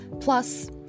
Plus